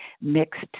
mixed